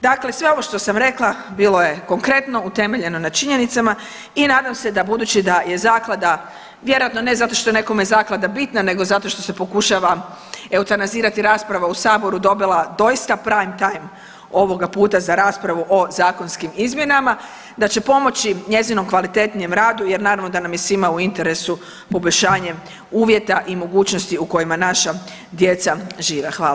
Dakle, sve ovo što sam rekla bilo je konkretno utemeljeno na činjenica i nadam se budući da je zaklada vjerojatno ne zato što je nekome zaklada bitna nego zato što se pokušava eutanazirati rasprava u saboru dobila doista prime time ovoga puta za raspravu o zakonskim izmjenama, da će pomoći njezinom kvalitetnijem radu jer naravno da nam je svima u interesu poboljšanje uvjeta i mogućnosti u kojima naša djeca žive.